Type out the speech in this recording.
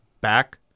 back